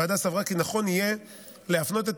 הוועדה סברה כי נכון יהיה להפנות את